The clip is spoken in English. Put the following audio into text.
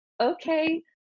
Okay